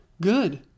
good